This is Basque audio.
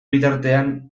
bitartean